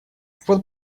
вот